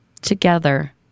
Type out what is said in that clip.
together